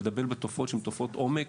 כדי לטפל בבעיות שהן תופעות עומק,